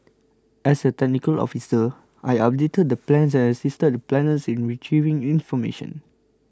as a technical officer I updated plans and assisted the planners in retrieving information